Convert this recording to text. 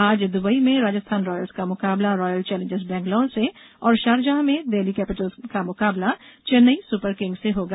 आज द्बई में राजस्थान रॉयल्स का मुकाबला रॉयल चैलेंजर्स बंगलौर से और शारजाह में डेल्ही कैपिटल्स का चेन्नई सुपर किंग्स से होगा